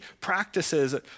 practices